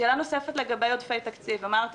שאלה נוספת לגבי עודפי תקציב אמרת